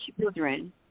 children